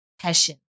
passion